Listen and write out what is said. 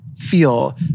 feel